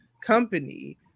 Company